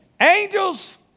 angels